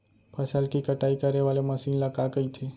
फसल की कटाई करे वाले मशीन ल का कइथे?